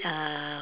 uh